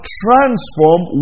transform